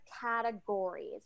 categories